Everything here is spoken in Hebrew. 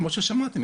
כמו ששמעתם,